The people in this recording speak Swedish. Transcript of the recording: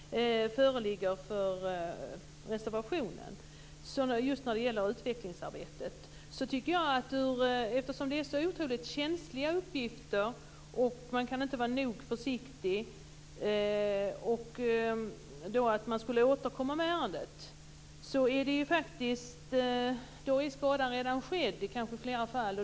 Fru talman! Med tanke på den förståelse som föreligger för reservation 1 just när det gäller utvecklingsarbetet tycker jag att man inte kan vara nog så försiktig, eftersom det handlar om så känsliga uppgifter. Det sades att man skulle återkomma i ärendet, men då kanske skadan redan är skedd i flera fall.